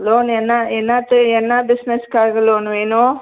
loan என்ன என்னாத்து என்ன பிஸ்னஸ்காக லோனு வேணும்